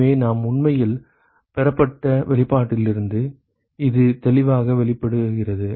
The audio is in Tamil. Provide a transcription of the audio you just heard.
எனவே நாம் உண்மையில் பெறப்பட்ட வெளிப்பாட்டிலிருந்து இது தெளிவாக வெளிப்படுகிறது